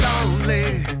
lonely